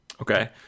okay